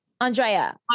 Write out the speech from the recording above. Andrea